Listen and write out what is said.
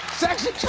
sexy